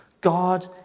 God